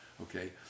okay